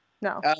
No